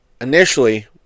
initially